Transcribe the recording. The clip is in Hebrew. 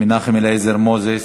מנחם אליעזר מוזס,